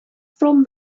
from